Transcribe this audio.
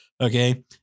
okay